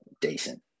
decent